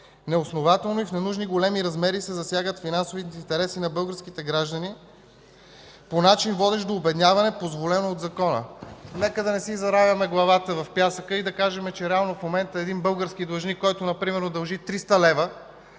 неоснователно и в ненужно големи размери се засягат финансовите интереси на българските граждани по начин, водещ до обедняване, позволен от закона. Нека да не си заравяме главата в пясъка и да кажем, че реално в момента един български длъжник, който примерно дължи 300 лв.,